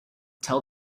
tell